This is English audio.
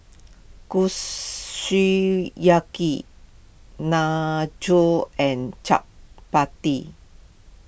Kushiyaki Nachos and Chapati